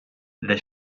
the